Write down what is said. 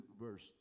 verse